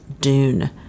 Dune